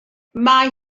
mae